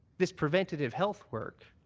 this preventive health work,